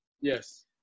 yes